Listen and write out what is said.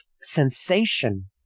sensation